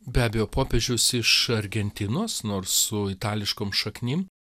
be abejo popiežius iš argentinos nors su itališkom šaknim